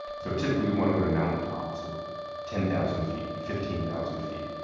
so typically we want to go to mountain tops at ten thousand feet, fifteen thousand feet.